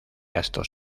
gasto